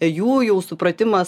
jų jau supratimas